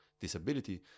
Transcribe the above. disability